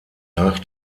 nach